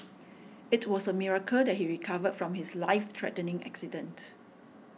it was a miracle that he recovered from his life threatening accident